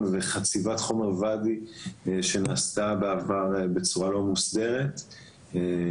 וחציבות הוואדי שנעשו בעבר בצורה לא מוסדרת בשטח הזה,